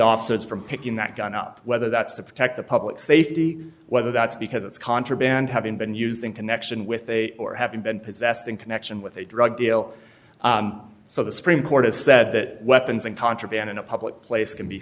officers from picking that gun up whether that's to protect the public safety whether that's because it's contraband having been used in connection with a or having been possessed in connection with a drug deal so the supreme court has said that weapons and contraband in a public place can be